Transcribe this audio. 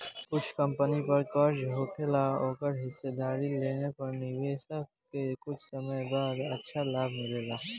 कुछ कंपनी पर कर्जा होखेला ओकर हिस्सेदारी लेला पर निवेशक के कुछ समय बाद अच्छा लाभ मिलेला